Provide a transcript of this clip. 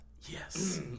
yes